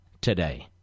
today